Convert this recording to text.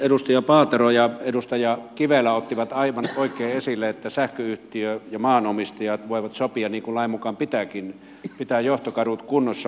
edustaja paatero ja edustaja kivelä ottivat aivan oikein esille että sähköyhtiö ja maanomistajat voivat sopia niin kuin lain mukaan pitääkin pitävänsä johtokadut kunnossa